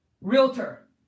Realtor